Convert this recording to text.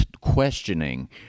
questioning